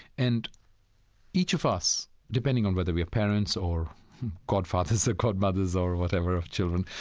and each of us, depending on whether we are parents or godfathers or godmothers or whatever of children,